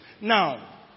Now